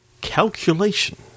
Calculation